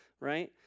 right